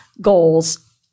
goals